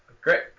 Great